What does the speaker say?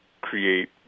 create